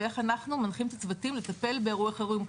ואיך אנחנו מנחים את הצוותים לטפל באירועי חירום.